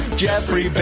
Jeffrey